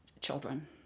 children